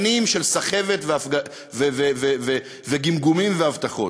שנים של סחבת וגמגומים והבטחות.